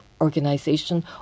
Organization